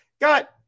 Got